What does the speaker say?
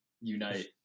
unite